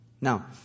Now